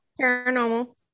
paranormal